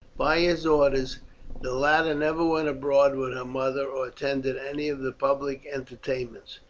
by his orders the latter never went abroad with her mother or attended any of the public entertainments,